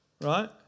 Right